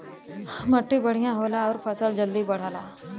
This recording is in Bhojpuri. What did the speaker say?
मट्टी बढ़िया होला आउर फसल जल्दी बढ़ला